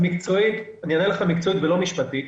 אני אענה לך מקצועית ולא משפטית.